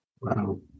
Wow